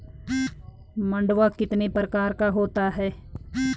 मंडुआ कितने प्रकार का होता है?